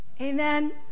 Amen